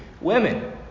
women